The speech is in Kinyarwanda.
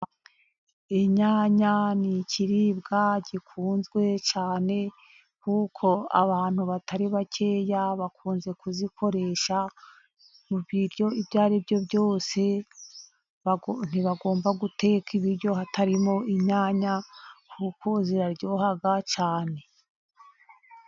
Inyanya ni ikiribwa gikunzwe cyane, kuko abantu batari bakeya bakunze kuzikoresha, mu biryo ibyo aribyo byose. Ntibagomba guteka ibiryo hatarimo inyanya, kuko ziraryoha cyane.